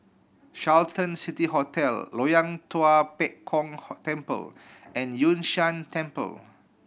Carlton City Hotel Loyang Tua Pek Kong Temple and Yun Shan Temple